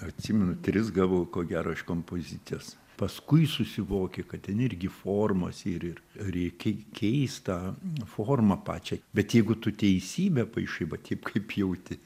atsimenu tris gavau ko gero iš kompozicijos paskui susivokė kad ten irgi formos ir reikia keist tą formą pačią bet jeigu tu teisybę paišai va taip kaip jauti